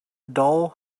dull